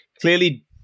clearly